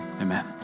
Amen